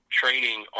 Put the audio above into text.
training